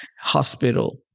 Hospital